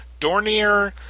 Dornier